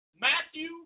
Matthew